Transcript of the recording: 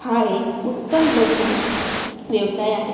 हा एक उत्तम लघु व्यवसाय आहे